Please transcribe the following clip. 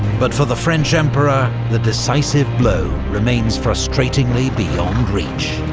but for the french emperor, the decisive blow remains frustratingly beyond reach.